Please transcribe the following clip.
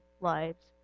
lives